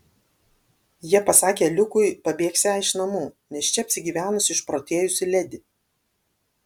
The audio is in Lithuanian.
jie pasakė liukui pabėgsią iš namų nes čia apsigyvenusi išprotėjusi ledi